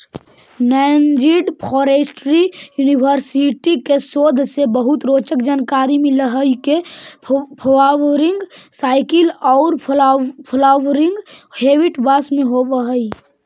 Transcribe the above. Nanjing forestry university के शोध से बहुत रोचक जानकारी मिल हई के फ्वावरिंग साइकिल औउर फ्लावरिंग हेबिट बास में होव हई